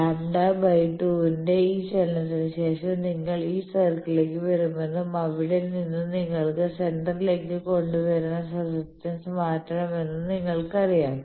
λ 2 ന്റെ ഈ ചലനത്തിന് ശേഷം നിങ്ങൾ ഈ സർക്കിളിലേക്ക് വരുമെന്നും അവിടെ നിന്ന് നിങ്ങളെ സെന്റർലേക്ക് കൊണ്ടുവരുന്നത് സസെപ്റ്റൻസ് മാറ്റമാണെന്നും നിങ്ങൾക്കറിയാം